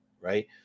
right